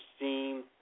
seen